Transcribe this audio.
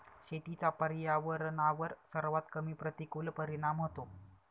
शेतीचा पर्यावरणावर सर्वात कमी प्रतिकूल परिणाम होतो